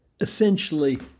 essentially